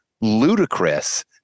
ludicrous